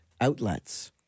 outlets